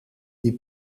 die